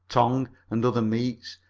tongue and other meats,